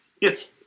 Yes